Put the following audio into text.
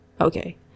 Okay